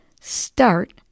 Start